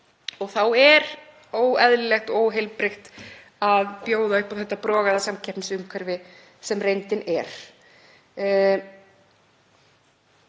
og þá er óeðlilegt og óheilbrigt að bjóða upp á þetta brogaða samkeppnisumhverfi sem reyndin er.